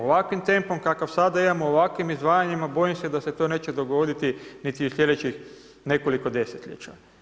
Ovakvim tempom kakav sada imamo u ovakvim izdvajanjima bojim se da se to neće dogoditi niti u sljedećih nekoliko desetljeća.